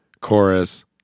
chorus